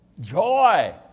joy